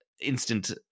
instant